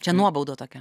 čia nuobauda tokia